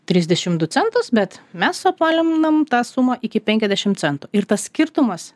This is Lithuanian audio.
trisdešimt du centus bet mes suapvaliname tą sumą iki penkiasdešimt centų ir tas skirtumas